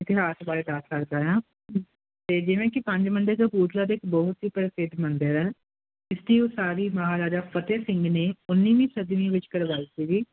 ਇਤਿਹਾਸ ਬਾਰੇ ਦੱਸ ਸਕਦਾ ਆ ਤੇ ਜਿਵੇਂ ਕਿ ਪੰਜ ਮੰਦਿਰ ਜੋ ਕਪੂਰਥਲਾ ਦੇ ਬਹੁਤ ਹੀ ਪ੍ਰਸਿੱਧ ਮੰਦਿਰ ਆ ਹਿਸਟਰੀ ਉਹ ਸਾਰੀ ਮਹਾਰਾਜਾ ਫਤਿਹ ਸਿੰਘ ਨੇ ਉੱਨੀਵੀਂ ਸਦਵੀਂ ਵਿੱਚ ਕਰਵਾਈ ਸੀਗੀ